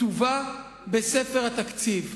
כתובה בספר התקציב.